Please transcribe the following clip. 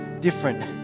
different